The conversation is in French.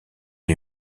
lui